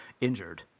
injured